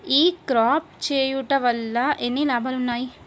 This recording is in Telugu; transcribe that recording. ఈ క్రాప చేయుట వల్ల ఎన్ని లాభాలు ఉన్నాయి?